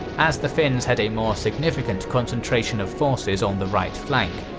as the finns had a more significant concentration of forces on the right flank,